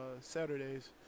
Saturdays